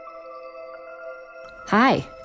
Hi